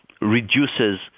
reduces